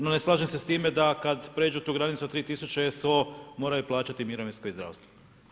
No ne slažem se s tim da kada pređu tu granicu od 3000 SO moraju plaćati mirovinsko i zdravstvo.